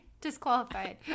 disqualified